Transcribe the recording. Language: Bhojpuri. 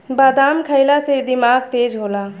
बादाम खइला से दिमाग तेज होला